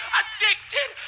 addicted